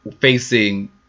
facing